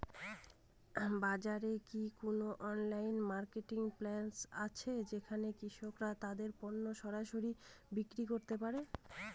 বাজারে কি কোন অনলাইন মার্কেটপ্লেস আছে যেখানে কৃষকরা তাদের পণ্য সরাসরি বিক্রি করতে পারে?